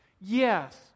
Yes